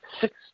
six